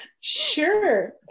Sure